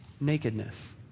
nakedness